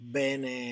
bene